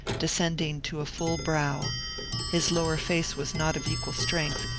descending to a full brow his lower face was not of equal strength,